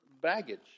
baggage